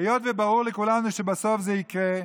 היות שברור לכולנו שבסוף זה יקרה,